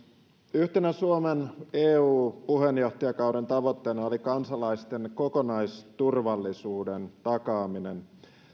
yhtenä suomen eu puheenjohtajakauden tavoitteena oli kansalaisten kokonaisturvallisuuden takaaminen